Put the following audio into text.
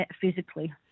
physically